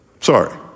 Sorry